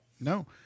no